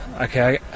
okay